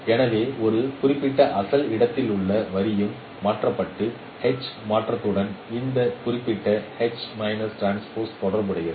எனவே ஒரு குறிப்பிட்ட அசல் இடத்திலுள்ள வரியும் மாற்றப்பட்டு H மாற்றத்துடன் இந்த குறிப்பிட்ட தொடர்புடையது